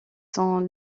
sont